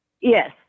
yes